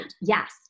Yes